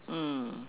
mm